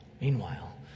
Meanwhile